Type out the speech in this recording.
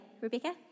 Rebecca